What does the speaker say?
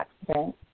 accident